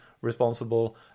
responsible